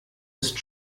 ist